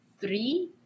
three